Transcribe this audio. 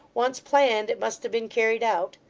once planned, it must have been carried out.